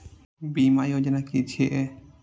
बीमा योजना कि छिऐ?